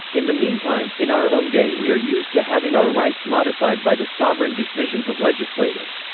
in the meantime, in our own day we are used to having our rights modified by the sovereign decisions of legislators.